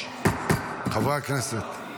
חברי הכנסת.